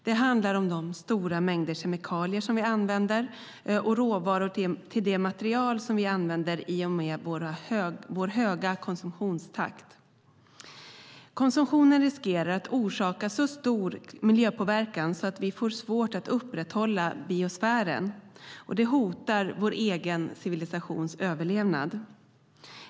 Det handlar om de stora mängder kemikalier som vi använder och råvaror till de material som vi använder i och med vår höga konsumtionstakt. Konsumtionen riskerar att orsaka så stor miljöpåverkan att vi får svårt att upprätthålla biosfären, och det hotar vår egen civilisations överlevnad.